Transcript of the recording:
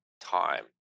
time